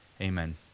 Amen